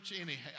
anyhow